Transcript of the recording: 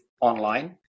online